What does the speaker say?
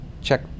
check